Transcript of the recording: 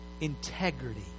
integrity